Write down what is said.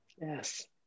Yes